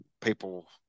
people